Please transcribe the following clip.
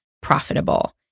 profitable